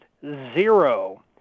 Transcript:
zero